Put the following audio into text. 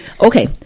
Okay